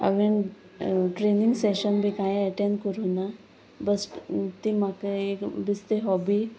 हांवें training session बी कांय एटेंड करूं ना बस्ट ती म्हाका एक बीस्ती ती हॉबी